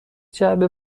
جعبه